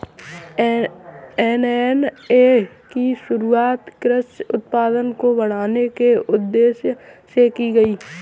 NMSA की शुरुआत कृषि उत्पादकता को बढ़ाने के उदेश्य से की गई थी